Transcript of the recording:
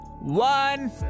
One